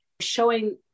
showing